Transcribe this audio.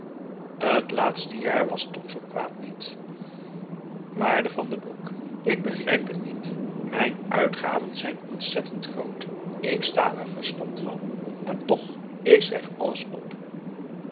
het laatste jaar was toch zoo kwaad niet waarde van den broek ik begrijp het niet mijn uitgaven zijn ontzettend groot ik sta er verstomd van en toch ik schrijf alles op